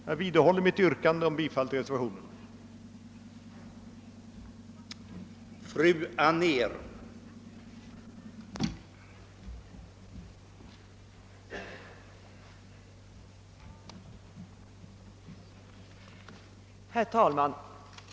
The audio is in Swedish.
Jag vidhåller mitt yrkande om bifall till reservationen 2.